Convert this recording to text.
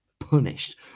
punished